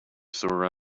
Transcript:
sore